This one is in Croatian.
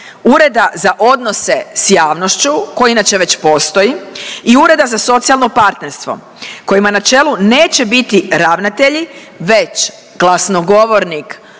Ureda za odnose s javnošću koji inače već postoji i Ureda za socijalno partnerstvo kojima na čelu neće biti ravnatelji već glasnogovornik